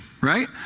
right